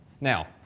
Now